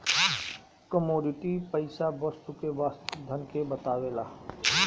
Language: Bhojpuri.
कमोडिटी पईसा वस्तु के वास्तविक धन के बतावेला